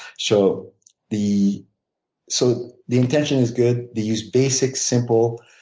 so the so the intention is good. they use basic, simple,